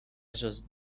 just